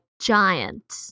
giant